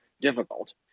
difficult